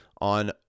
on